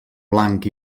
blanc